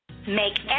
Make